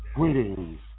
Greetings